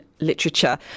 literature